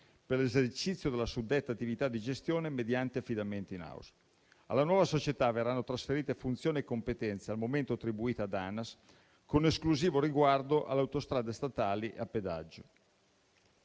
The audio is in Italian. per l'esercizio della suddetta attività di gestione mediante affidamento *in house*. Alla nuova società verranno trasferite funzioni e competenze al momento attribuite ad ANAS, con esclusivo riguardo alle autostrade statali a pedaggio.